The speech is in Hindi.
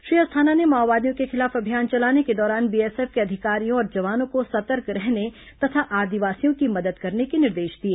श्री अस्थाना ने माओवादियों के खिलाफ अभियान चलाने के दौरान बीएसएफ के अधिकारियों और जवानों को सतर्क रहने तथा आदिवासियों की मदद करने के निर्देश दिए